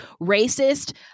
racist